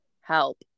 help